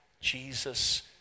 Jesus